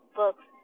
books